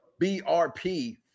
BRP